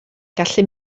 gallu